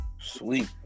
Sweet